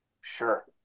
Sure